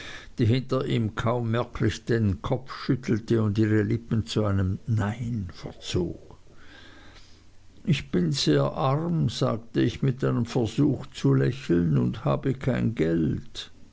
die hinter ihm kaum merklich den kopf schüttelte und ihre lippen zu einem nein verzog ich bin sehr arm sagte ich mit einem versuch zu lächeln und habe kein geld